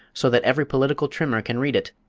so that every political trimmer can read it,